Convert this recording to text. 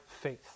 faith